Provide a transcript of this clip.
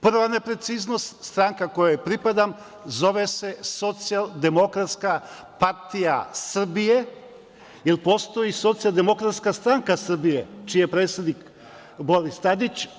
Prva nepreciznost, stranka kojoj pripadam zove se Socijaldemokratska partija Srbije, jer postoji Socijaldemokratska stranka Srbije, čiji je predsednik Boris Tadić.